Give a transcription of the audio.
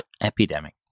epidemic